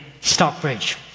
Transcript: Stockbridge